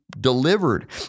delivered